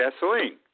gasoline